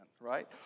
right